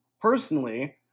personally